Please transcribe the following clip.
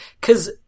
cause